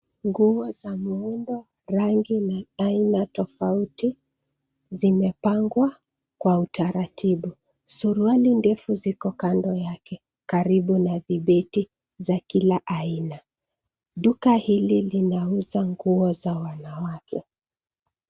Nguo za muumbo, rangi na aina tofauti zimepangwa kwa utaratibu. Suruali ndefu ziko kando yake karibu na vibeti za kila aina. Duka hili linauza nguo za wanawake.